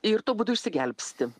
ir tuo būdu išsigelbsti